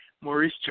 Maurice